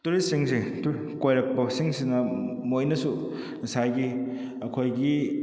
tourist ꯁꯤꯡꯁꯦ ꯀꯣꯏꯔꯛꯄ ꯁꯤꯡꯁꯤꯅ ꯃꯣꯏꯅꯁꯨ ꯉꯁꯥꯏꯒꯤ ꯑꯩꯈꯣꯏꯒꯤ